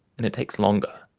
and it takes longer.